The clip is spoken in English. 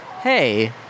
hey